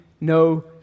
no